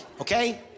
okay